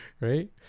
Right